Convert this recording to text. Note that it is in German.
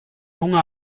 hunger